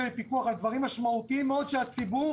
ופיקוח על דברים משמעותיים מאוד שהציבור